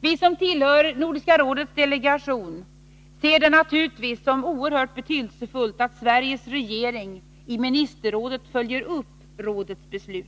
Vi som tillhör Nordiska rådets delegation ser det naturligtvis som oerhört betydelsefullt att Sveriges regering i Ministerrådet följer upp rådets beslut.